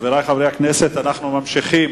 חברי חברי הכנסת, אנחנו ממשיכים